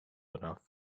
enough